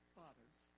fathers